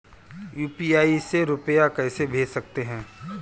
UPI से रुपया कैसे भेज सकते हैं?